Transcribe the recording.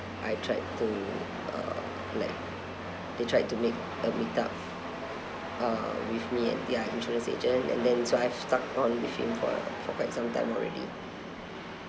I tried to uh like they tried to make a meetup uh with me and their insurance agent and then so I've stuck on with him for for quite some time already